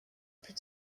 plus